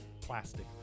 plastic